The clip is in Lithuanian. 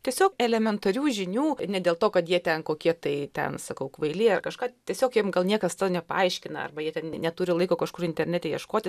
tiesiog elementarių žinių ne dėl to kad jie ten kokie tai ten sakau kvaili ar kažką tiesiog jiem gal niekas to nepaaiškina arba jie ten neturi laiko kažkur internete ieškoti